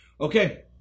Okay